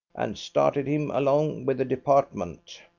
and started him along with a department.